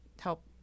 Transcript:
help